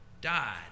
died